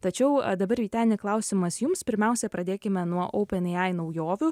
tačiau dabar vytenį klausimas jums pirmiausia pradėkime nuo openai naujovių